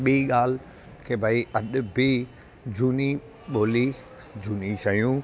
ॿी ॻाल्हि मूंखे भई अॼु बि झूनी ॿोली झूनी शयूं